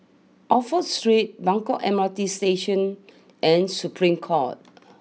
Oxford Street Buangkok M R T Station and Supreme court